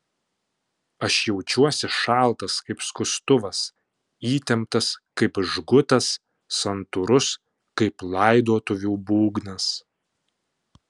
aš jaučiuosi šaltas kaip skustuvas įtemptas kaip žgutas santūrus kaip laidotuvių būgnas